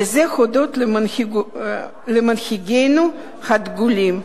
וזה הודות למנהיגינו הדגולים,